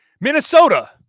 Minnesota